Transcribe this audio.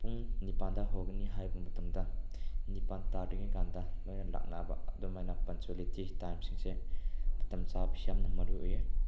ꯄꯨꯡ ꯅꯤꯄꯥꯜꯗ ꯍꯧꯒꯅꯤ ꯍꯥꯏꯕ ꯃꯇꯝꯗ ꯅꯤꯄꯥꯜ ꯇꯥꯗ꯭ꯔꯤꯉꯩ ꯀꯥꯟꯗ ꯂꯥꯛꯅꯕ ꯑꯗꯨꯅ ꯄꯪꯆꯨꯌꯦꯂꯤꯇꯤ ꯇꯥꯏꯝ ꯁꯤꯡꯁꯤ ꯃꯇꯝ ꯆꯥꯕꯁꯦ ꯌꯥꯝꯅ ꯃꯔꯨ ꯑꯣꯏꯌꯦ